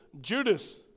Judas